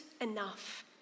enough